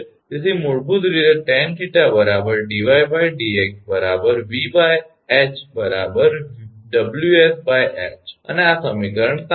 તેથી મૂળભૂત રીતે tan𝜃 𝑑𝑦𝑑𝑥 𝑉𝐻 𝑊𝑠𝐻 અને આ સમીકરણ 7 છે